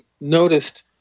noticed